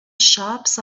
shops